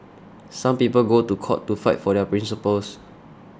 some people go to court to fight for their principles